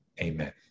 amen